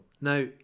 Now